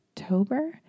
October